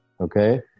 okay